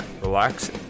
relax